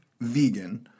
vegan